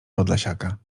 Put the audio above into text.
podlasiaka